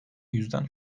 yüzden